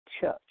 church